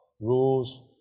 rules